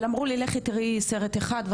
אבל אמרו לי לכי תראי סרט אחד,